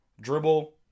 dribble